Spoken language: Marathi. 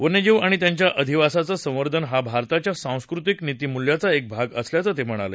वन्यजीव आणि त्यांच्या अधिवासाचं संवर्धन हा भारताच्या सांस्कृतिक नितीमूल्याचा एक भाग असल्याचं ते म्हणाले